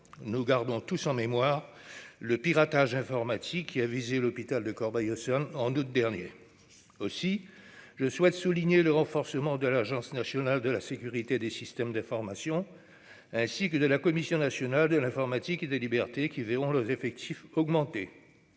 Nous gardons tous en mémoire le piratage informatique qui a visé l'hôpital de Corbeil-Essonnes en août dernier. Aussi, je souhaite souligner le renforcement de l'Agence nationale de la sécurité des systèmes d'information et de la Commission nationale de l'informatique et des libertés, qui verront leurs effectifs augmenter.